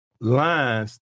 lines